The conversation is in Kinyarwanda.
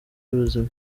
y’ubuzima